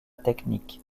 technique